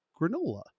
granola